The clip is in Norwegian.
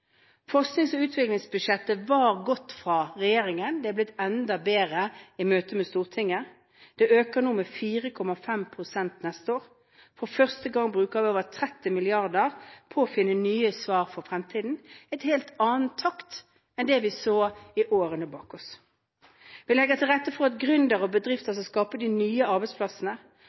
Forsknings- og utdanningsbudsjettet var godt fra regjeringen, men det har blitt enda bedre i møtet med Stortinget. Det øker med 4,5 pst. neste år. For første gang bruker vi over 30 mrd. kr på å finne nye svar for fremtiden. Dette er en helt annen takt enn det vi så i årene vi har lagt bak oss. Vi legger til rette for at gründere og bedrifter skal skape de nye arbeidsplassene.